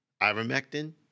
ivermectin